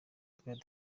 twari